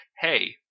hey